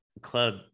Club